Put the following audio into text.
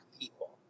people